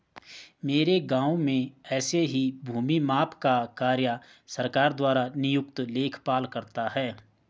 मेरे गांव में ऐसे ही भूमि माप का कार्य सरकार द्वारा नियुक्त लेखपाल करता है